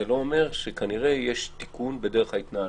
זה לא אומר שכנראה יש תיקון בדרך ההתנהלות.